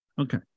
Okay